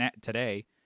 today